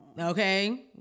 okay